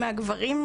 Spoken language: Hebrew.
מהגברים,